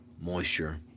Moisture